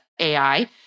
AI